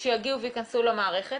שיגיעו ויכנסו למערכת.